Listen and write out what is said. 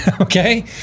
Okay